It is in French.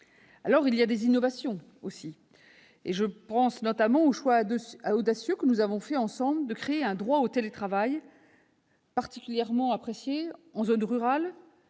a aussi des innovations. Je pense notamment au choix audacieux que nous avons fait ensemble de créer un droit au télétravail, particulièrement apprécié en zone rurale